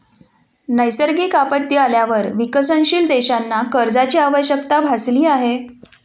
नैसर्गिक आपत्ती आल्यावर विकसनशील देशांना कर्जाची आवश्यकता भासली आहे